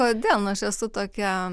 kodėl nu aš esu tokia